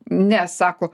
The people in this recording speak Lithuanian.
ne sako